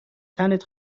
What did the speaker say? تنت